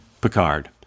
Picard